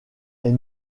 est